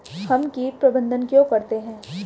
हम कीट प्रबंधन क्यों करते हैं?